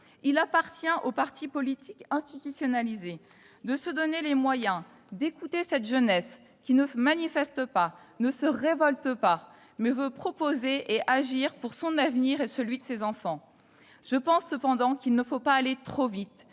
Il appartient aux partis politiques institutionnalisés de se donner les moyens d'écouter cette jeunesse qui ne manifeste pas, ne se révolte pas, mais veut proposer et agir pour son avenir et celui de ses enfants. Je pense cependant qu'il ne faut pas aller trop vite